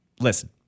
Listen